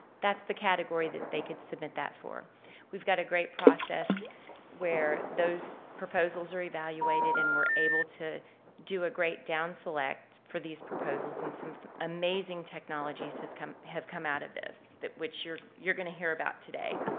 that's the category that they could submit that for we've got a great process where those proposals are evaluated and we're able to do a great downselect for these proposals and some amazing technologies has come have come out of this. which you're, you're gonna hear about today.